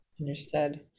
Understood